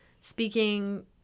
speaking